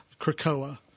Krakoa